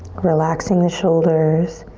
relaxing the shoulders.